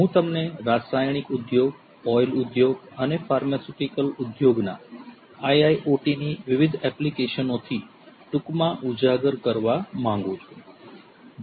હું તમને રાસાયણિક ઉદ્યોગ ઓઇલ ઉદ્યોગ અને ફાર્માસ્યુટિકલ ઉદ્યોગના IlOT ની વિવિધ એપ્લિકેશનોથી ટૂંકમાં ઉજાગર કરવા માંગુ છું